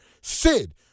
Sid